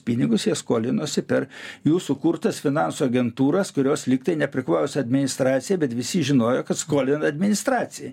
pinigus jie skolinosi per jų sukurtas finansų agentūras kurios lyg tai nepriklausė administracijai bet visi žinojo kad skolina administracijai